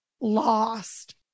lost